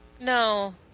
No